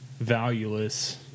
valueless